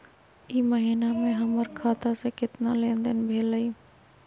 ई महीना में हमर खाता से केतना लेनदेन भेलइ?